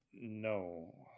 No